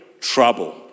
Trouble